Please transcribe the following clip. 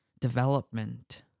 development